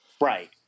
right